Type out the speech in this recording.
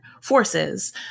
forces